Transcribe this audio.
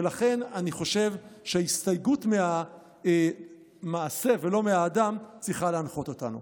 ולכן אני חושב שההסתייגות מהמעשה ולא מהאדם צריכה להנחות אותנו.